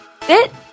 FIT